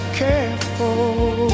careful